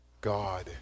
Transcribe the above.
God